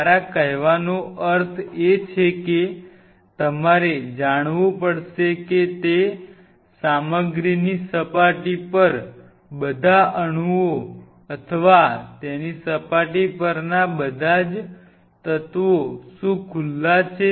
મારા કહેવાનો અર્થ એ છે કે તમારે જાણવું પડશે કે તે સામગ્રીની સપાટી પર બધા અણુઓ અથવા તેની સપાટી પરના બધા તત્વો શું ખુલ્લા છે